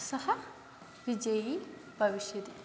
सः विजयि भविष्यति